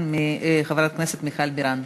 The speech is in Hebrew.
חברת הכנסת מיכל בירן.